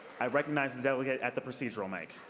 i recognize the delegate at the procedural mic.